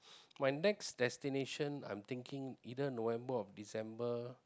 my next destination I'm thinking either November or December